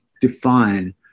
define